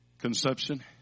Conception